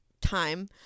time